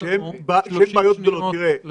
יש לנו דקות אחרונות לסכם